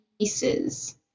pieces